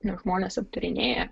nes žmonės aptarinėja